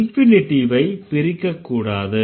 இன்ஃபினிட்டிவை பிரிக்கக் கூடாது